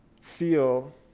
feel